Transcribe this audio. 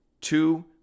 Two